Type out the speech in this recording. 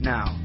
Now